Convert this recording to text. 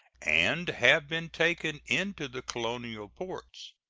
and have been taken into the colonial ports,